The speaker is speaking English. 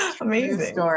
Amazing